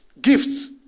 gifts